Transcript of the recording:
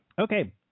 okay